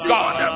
God